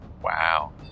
Wow